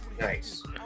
Nice